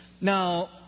Now